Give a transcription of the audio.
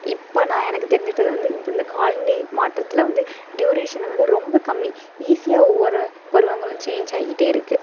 இப்போ நான் எனக்கு தெரிஞ்சுட்டுது வந்து இப்போ இந்த காலநில மாற்றத்தில் வந்து டுயூரேஷனை வந்து ரொம்ப கம்மி ஈஸியாக ஒவ்வொரு பருவங்களும் சேஞ்ச் ஆகிக்கிட்டே இருக்குது